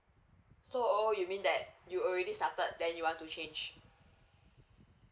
so oh you mean that you already started then you want to change